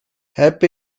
heb